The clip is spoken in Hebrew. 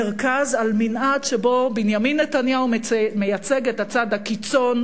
מרכז על מנעד שבו בנימין נתניהו מייצג את הצד הקיצון: